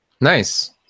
Nice